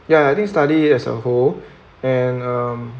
ya I think study act as a whole and um